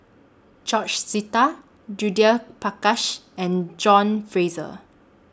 George Sita Judith Prakash and John Fraser